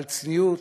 על צניעות,